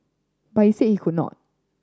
but he said he could not